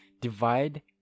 divide